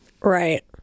Right